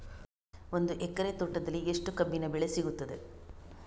ಒಂದು ಎಕರೆ ತೋಟದಲ್ಲಿ ಎಷ್ಟು ಕಬ್ಬಿನ ಬೆಳೆ ಸಿಗುತ್ತದೆ?